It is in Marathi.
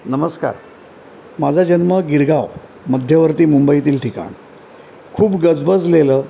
नमस्कार माझा जन्म गिरगाव मध्यवर्ती मुंबईतील ठिकाण खूप गजबजलेलं